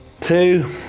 Two